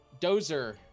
Dozer